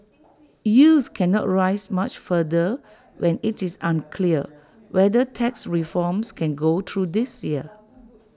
yields cannot rise much further when IT is unclear whether tax reforms can go through this year